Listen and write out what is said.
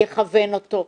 יכוון אותו,